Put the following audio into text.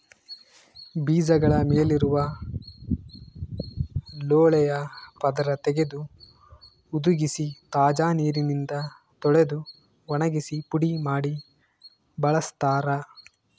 ಬೀಜಗಳ ಮೇಲಿರುವ ಲೋಳೆಯ ಪದರ ತೆಗೆದು ಹುದುಗಿಸಿ ತಾಜಾ ನೀರಿನಿಂದ ತೊಳೆದು ಒಣಗಿಸಿ ಪುಡಿ ಮಾಡಿ ಬಳಸ್ತಾರ